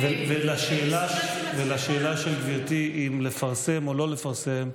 לשאלה של גברתי אם לפרסם או לא לפרסם,